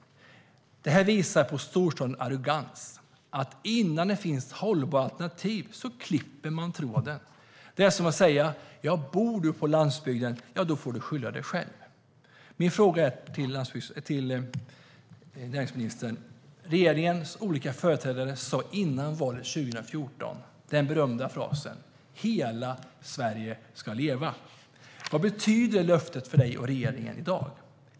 Detta visar på storstadens arrogans. Innan det finns hållbara alternativ klipper man tråden. Det är som att säga: Bor du på landsbygden, ja, då får du skylla dig själv! Jag har en fråga till näringsministern. Regeringens olika företrädare yttrade före valet 2014 den berömda frasen "hela Sverige ska leva". Vad betyder det löftet för dig och regeringen i dag?